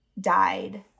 died